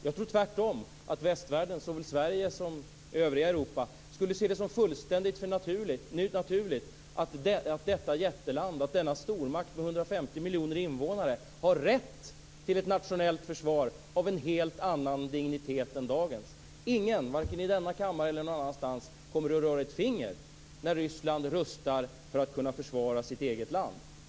Jag tror tvärtom att västvärlden, såväl Sverige som övriga Europa, skulle se det som fullständigt naturligt att detta jätteland och denna stormakt med 150 miljoner invånare har rätt till ett nationellt försvar av en helt annan dignitet än dagens. Ingen, varken i denna kammare eller någon annanstans, kommer att röra ett finger när Ryssland rustar för att kunna försvara sitt eget land.